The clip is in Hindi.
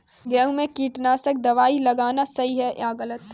गेहूँ में कीटनाशक दबाई लगाना सही है या गलत?